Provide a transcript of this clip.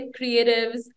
creatives